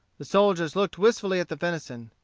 the soldiers looked wistfully at the venison.